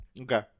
Okay